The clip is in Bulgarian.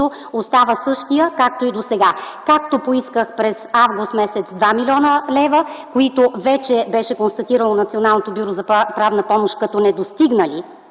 остава същият, както и досега. Както поисках през м. август 2 млн. лв., които вече беше констатирало Националното бюро за правна помощ като недостигнали